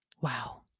Wow